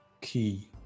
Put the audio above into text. key